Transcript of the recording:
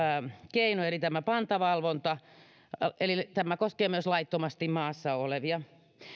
keino eli tämä pantavalvonta ja tämä koskee myös laittomasti maassa olevia